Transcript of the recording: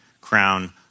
crown